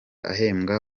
ahembwa